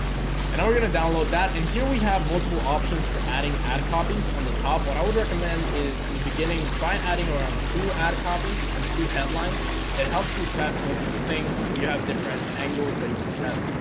and now we're gonna download that and here we have multiple options for adding ad copies on the top what i would recommend is in the beginning try adding around two ad copies and two headlines it helps you test multiple things if you have different angles that you want to test,